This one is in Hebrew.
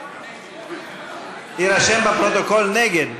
יירשם בפרוטוקול: נגד.